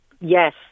yes